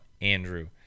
Andrew